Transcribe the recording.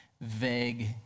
vague